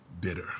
bitter